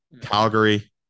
Calgary